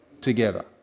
together